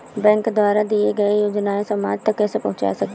Bank द्वारा दिए गए योजनाएँ समाज तक कैसे पहुँच सकते हैं?